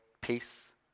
peace